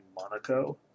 Monaco